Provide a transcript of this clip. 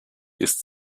ist